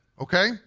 okay